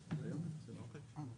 גם בגלל ההערות של נעמה.